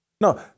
No